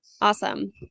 awesome